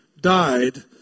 died